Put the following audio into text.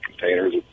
containers